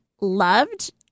loved